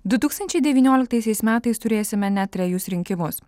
du tūkstančiai devynioliktaisiais metais turėsime net trejus rinkimus